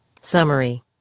Summary